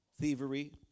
thievery